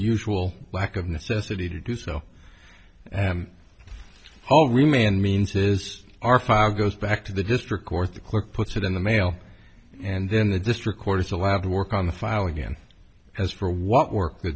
usual lack of necessity to do so at all remained means is our file goes back to the district court the clerk puts it in the mail and then the district court is allowed to work on the file again as for what work